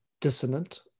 dissonant